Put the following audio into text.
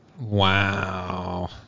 Wow